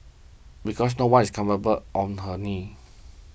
because no one is comfortable on her knees